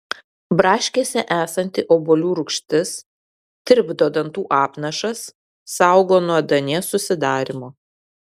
braškėse esanti obuolių rūgštis tirpdo dantų apnašas saugo nuo ėduonies susidarymo